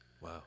Wow